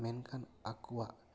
ᱢᱮᱱᱠᱷᱟᱱ ᱟᱠᱚᱣᱟᱜ